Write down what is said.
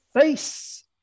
Face